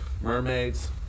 mermaids